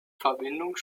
verbindung